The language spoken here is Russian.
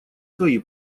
свои